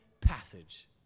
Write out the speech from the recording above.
passage